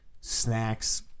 snacks